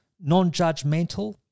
non-judgmental